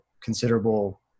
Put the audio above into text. considerable